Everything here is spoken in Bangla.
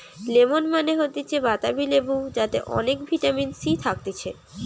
লেমন মানে হতিছে বাতাবি লেবু যাতে অনেক ভিটামিন সি থাকতিছে